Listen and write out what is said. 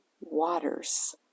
waters